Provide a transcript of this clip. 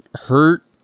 hurt